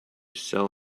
sell